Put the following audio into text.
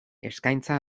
eskaintza